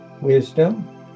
wisdom